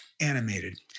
animated